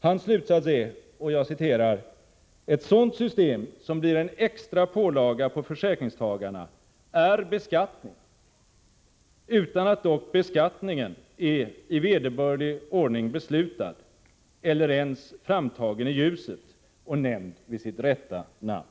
Hans slutsats är att ett sådant system — som blir en extra pålaga för försäkringstagarna — innebär en beskattning, utan att dock beskattningen är i vederbörlig ordning beslutad eller ens framtagen i ljuset och nämnd vid sitt rätta namn.